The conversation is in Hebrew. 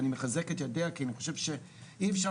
ואני מחזק את ידיה כי אני חושב שאי אפשר